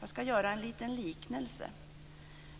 Jag skall göra en liten liknelse.